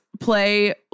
play